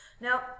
Now